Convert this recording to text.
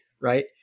Right